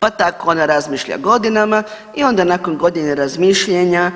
Pa tako ona razmišlja godinama i onda nakon godine razmišljanja,